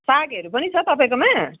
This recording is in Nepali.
सागहरू पनि छ तपाईँकोमा